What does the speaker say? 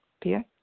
Pia